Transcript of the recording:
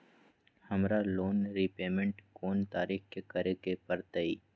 हमरा loan repayment कोन तारीख के करे के परतई?